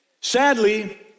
Sadly